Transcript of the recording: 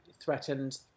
Threatened